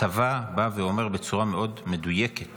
הצבא בא ואומר בצורה מאוד מדויקת